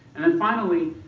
and then finally,